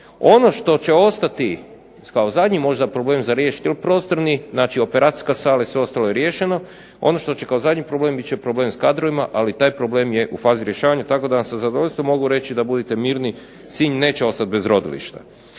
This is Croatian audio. Ono što će ostati kao zadnji možda problem za riješiti ili prostorni, znači operacijska sala i sve ostalo je riješeno. Ono što će kao zadnji problem bit će problem sa kadrovima, ali taj problem je u fazi rješavanja tako da vam sa zadovoljstvom mogu reći da budite mirni. Sinj neće ostati bez rodilišta.